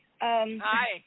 Hi